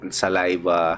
saliva